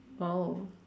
oh